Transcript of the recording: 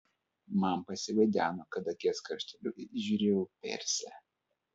man pasivaideno kad akies krašteliu įžiūrėjau persę